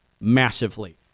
massively